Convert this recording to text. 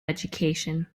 education